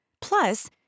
Plus